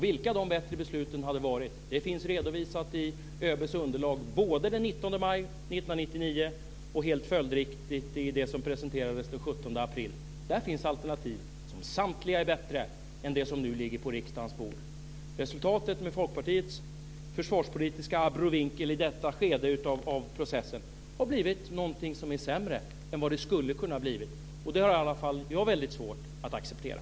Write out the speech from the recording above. Vilka de bättre besluten hade varit finns redovisat både i ÖB:s underlag den 19 maj 1999 och, helt följdriktigt, i det som presenterades den 17 april. Där finns alternativ som samtliga är bättre än det som nu ligger på riksdagens bord. Resultatet av Folkpartiets försvarspolitiska abrovinker i detta skede av processen har blivit något som är sämre än vad det hade kunnat bli. Det har i alla fall jag väldigt svårt att acceptera.